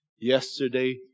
yesterday